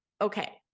okay